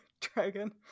dragon